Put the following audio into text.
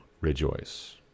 rejoice